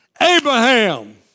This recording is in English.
Abraham